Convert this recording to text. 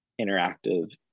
interactive